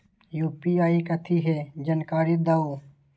UPI कथी है? जानकारी दहु